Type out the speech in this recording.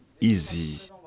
easy